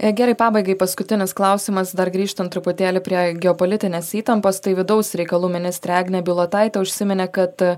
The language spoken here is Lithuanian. gerai pabaigai paskutinis klausimas dar grįžtant truputėlį prie geopolitinės įtampos tai vidaus reikalų ministrė agnė bilotaitė užsiminė kad